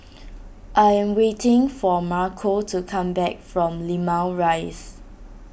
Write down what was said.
I am waiting for Marco to come back from Limau Rise